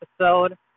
episode